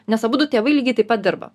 nes abudu tėvai lygiai taip pat dirba